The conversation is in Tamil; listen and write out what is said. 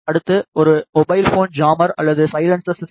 அடுத்து ஒரு மொபைல் ஃபோன் ஜாம்மர் அல்லது சைலன்சர் சிஸ்டம்